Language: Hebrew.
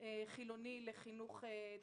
חילוני לחינוך דתי.